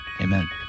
amen